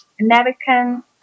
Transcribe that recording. American